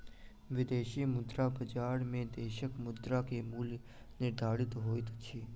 विदेशी मुद्रा बजार में देशक मुद्रा के मूल्य निर्धारित होइत अछि